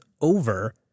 over